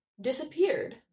disappeared